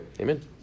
Amen